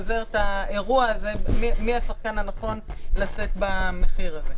האירוע הזה, מי השחקן הנכון לשאת במחיר הזה.